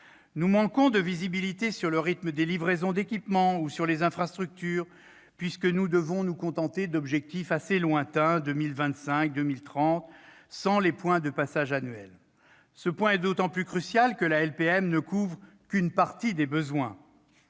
nous manquons de visibilité sur le rythme des livraisons d'équipements ou sur les infrastructures, puisque nous devons nous contenter d'objectifs assez lointains- 2025 et 2030 -, sans les points de passage annuels. Cette question est d'autant plus cruciale que la LPM ne couvre qu'une partie des besoins.